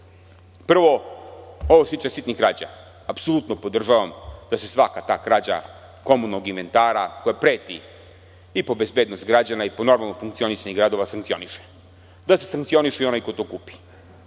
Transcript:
Prvo, ovo što se tiče sitnih krađa, apsolutno podržavam da se svaka krađa komunalnog inventara koja preti po bezbednost građana i normalno funkcionisanje građana sankcioniše, da se sankcioniše i onaj ko to kupi.